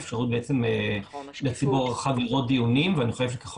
האפשרות של הציבור לראות דיונים וככל